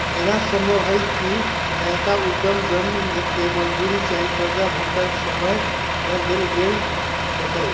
एना संभव हइ कि नयका उद्यम जन के मजदूरी चाहे कर्जा भुगतान समय न देल गेल होतइ